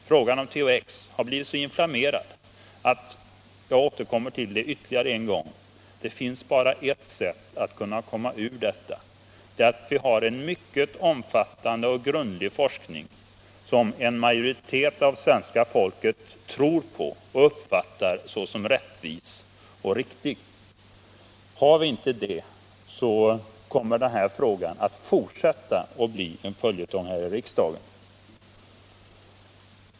Frågan om THX har blivit så inflammerad att — jag återkommer till det ytterligare en gång — det bara finns en väg att gå, nämligen att sätta i gång en mycket omfattande och grundlig forskning som en majoritet av svenska folket tror på och uppfattar som rättvis och riktig. Gör vi inte det, kommer denna fråga att fortsätta att vara en följetong här i riksdagen.